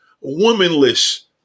womanless